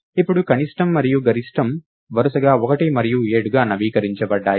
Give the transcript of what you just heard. ఇప్పుడు కనిష్టం మరియు గరిష్టం వరుసగా 1 మరియు 7గా నవీకరించబడ్డాయి